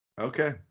Okay